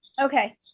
Okay